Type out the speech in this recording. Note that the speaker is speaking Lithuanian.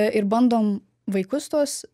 ir bandom vaikus tuos